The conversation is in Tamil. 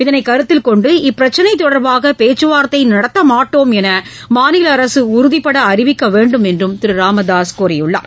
இதனை கருத்தில் கொண்டு இப்பிரச்சினை தொடர்பாக பேச்சு வார்த்தை நடத்த மாட்டோம் என்று மாநில அரசு உறுதிபட அறிவிக்க வேண்டும் என்றும் திரு ராமதாசு கோரியுள்ளார்